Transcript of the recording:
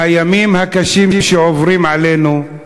והימים הקשים שעוברים עלינו,